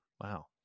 wow